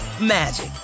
magic